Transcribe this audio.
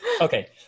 Okay